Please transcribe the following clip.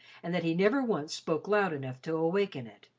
and that he never once spoke loud enough to awaken it.